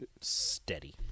Steady